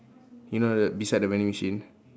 you know the beside the vending machine